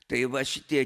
tai va šitie